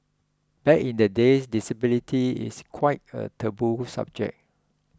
back in the days disability is quite a taboo subject